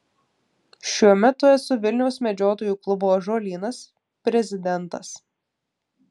šiuo metu esu vilniaus medžiotojų klubo ąžuolynas prezidentas